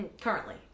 currently